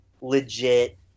legit